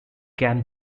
can